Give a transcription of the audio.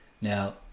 Now